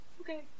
okay